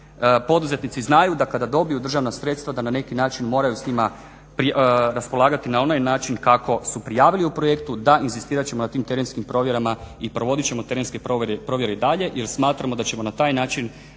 poduzetnici znaju da kada dobiju državna sredstva da na neki način moraju s njima raspolagati na onaj način kako su prijavili u projektu, da inzistirat ćemo na tim terenskim provjerama i provodit ćemo terenske provjere i dalje jer smatramo da ćemo na taj način